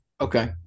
Okay